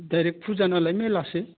direct फुजा नालाय मेलासो